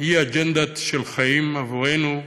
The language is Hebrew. היא אג'נדה של חיים עבורנו,